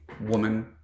woman